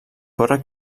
corre